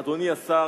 אדוני השר,